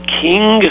king